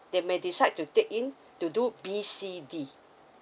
they may decide to take in to do B C D